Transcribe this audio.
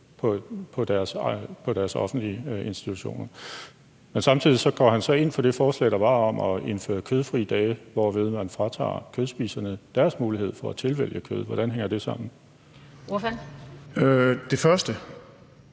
i de offentlige institutioner, men samtidig gik ordføreren så ind for det forslag om at indføre kødfrie dage, hvorved man fratager kødspiserne deres mulighed for at tilvælge kød. Hvordan hænger det sammen? Kl.